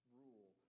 rule